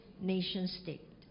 nation-state